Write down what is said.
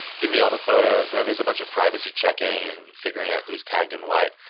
give me all the photos. then there's a bunch of privacy checking and figuring out who's tagged in what.